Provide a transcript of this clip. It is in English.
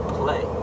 play